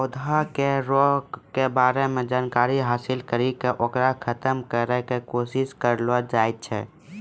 पौधा के रोग के बारे मॅ जानकारी हासिल करी क होकरा खत्म करै के कोशिश करलो जाय छै